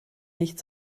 nicht